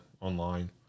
online